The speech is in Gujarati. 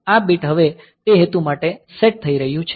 આ બીટ હવે તે હેતુ માટે સેટ થઈ રહી છે